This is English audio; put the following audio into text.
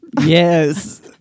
Yes